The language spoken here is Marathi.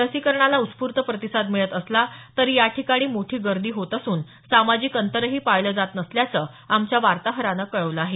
लसीकरणाला उस्फूर्त प्रतिसाद मिळत असला तरी या ठिकाणी मोठी गर्दी होत असून सामाजिक अंतरही पाळलं जात नसल्याचं आमच्या वार्ताहरानं कळवलं आहे